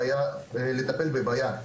מלטפל בבעיה.